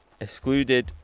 excluded